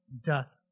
death